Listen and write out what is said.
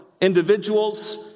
individuals